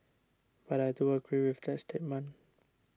but I do agree with that statement